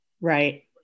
Right